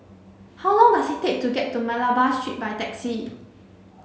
how long does it take to get to Malabar Street by taxi